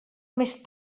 més